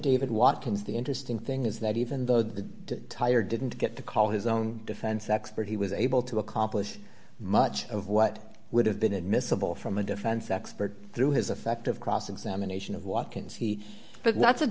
david watkins the interesting thing is that even though the tire didn't get to call his own defense expert he was able to accomplish much of what would have been admissible from a defense expert through his affective cross examination of watkins he but